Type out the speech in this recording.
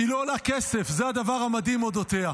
היא לא עולה כסף, זה הדבר המדהים אודותיה.